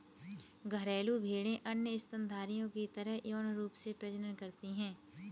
घरेलू भेड़ें अन्य स्तनधारियों की तरह यौन रूप से प्रजनन करती हैं